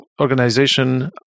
organization